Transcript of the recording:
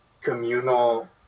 communal